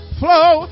flow